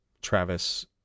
Travis